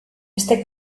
este